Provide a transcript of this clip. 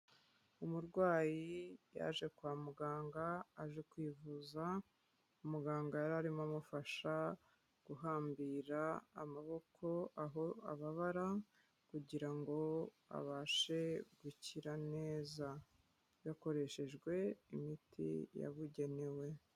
Umurwayi yaje kwa muganga, aje kwivuza, umuganga yari arimo amufasha guhambira amaboko aho ababara, kugira ngo abashe gukira neza, yakoreshejwe imiti yabugenewe.